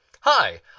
Hi